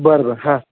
बरं बरं हां